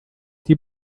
die